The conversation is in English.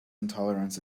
intolerance